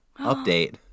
update